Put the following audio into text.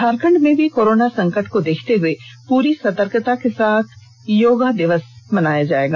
झारखंड में भी कोरोना संकट को देखते हुए पूरी सतर्कता के साथ योगा दिवस मनाया जाएगा